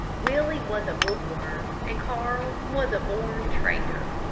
willie was a book-worm, and carl was a born trader.